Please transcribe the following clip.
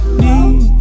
need